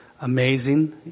amazing